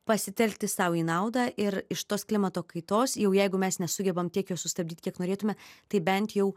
pasitelkti sau į naudą ir iš tos klimato kaitos jau jeigu mes nesugebam tiek jos sustabdyt kiek norėtume tai bent jau